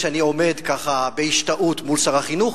שאני עומד ככה בהשתאות מול שר החינוך,